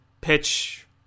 pitch